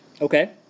Okay